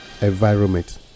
environment